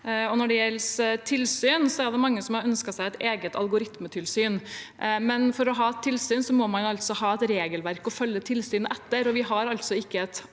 Når det gjelder tilsyn, er det mange som har ønsket seg et eget algoritmetilsyn, men for å ha tilsyn må man ha et regelverk å føre tilsyn etter,